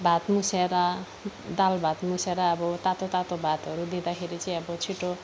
भात मुसेर दाल भात मुसेर अब तातो तातो भातहरू दिँदाखेरि चाहिँ अब छिटो